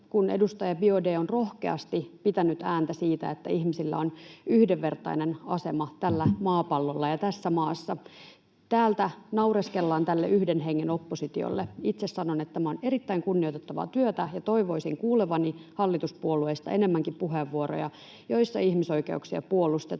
kun edustaja Biaudet on rohkeasti pitänyt ääntä siitä, että ihmisillä on yhdenvertainen asema tällä maapallolla ja tässä maassa. [Sheikki Laakso: Tuli naurua oppositiosta!] Täältä naureskellaan tälle yhden hengen oppositiolle. Itse sanon, että tämä on erittäin kunnioitettavaa työtä, ja toivoisin kuulevani hallituspuolueista enemmänkin puheenvuoroja, joissa ihmisoikeuksia puolustetaan.